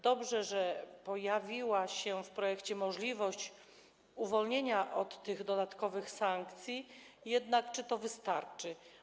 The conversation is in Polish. Dobrze, że pojawiła się w projekcie możliwość uwolnienia od tych dodatkowych sankcji, jednak czy to wystarczy?